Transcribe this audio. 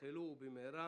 יחלחלו במהרה